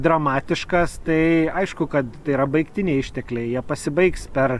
dramatiškas tai aišku kad tai yra baigtiniai ištekliai jie pasibaigs per